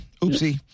oopsie